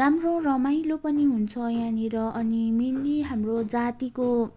राम्रो रमाइलो पनि हुन्छ यहाँनिर अनि मेनली हाम्रो जातिको